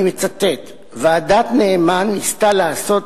אני מצטט: "ועדת נאמן ניסתה לעשות